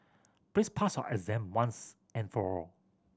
please pass your exam once and for all